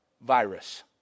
virus